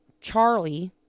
Charlie